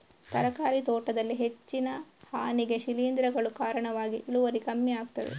ತರಕಾರಿ ತೋಟದಲ್ಲಿ ಹೆಚ್ಚಿನ ಹಾನಿಗೆ ಶಿಲೀಂಧ್ರಗಳು ಕಾರಣವಾಗಿ ಇಳುವರಿ ಕಮ್ಮಿ ಆಗ್ತದೆ